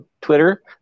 Twitter